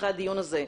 דיון ראשון,